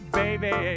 baby